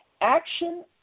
Action